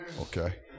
Okay